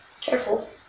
Careful